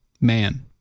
Man